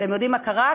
אתם יודעים מה קרה?